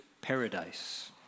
paradise